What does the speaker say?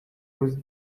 aux